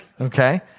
Okay